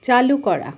চালু করা